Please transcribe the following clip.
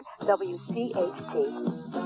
WCHT